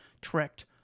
tricked